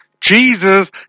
Jesus